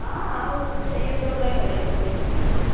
हाँ और कुछ चाहिए तो में भैया को भेज दूँगी न